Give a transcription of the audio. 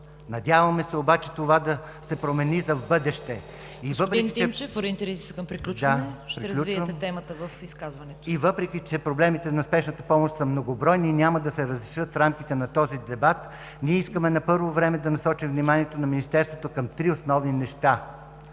изказването си. ИЛИЯН ТИМЧЕВ: Да, приключвам. И въпреки че проблемите на спешната помощ са многобройни и няма да се разрешат в рамките на този дебат, ние искаме на първо време да насочим вниманието на Министерството към три основни неща.